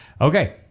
Okay